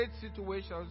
situations